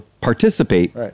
participate